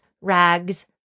rags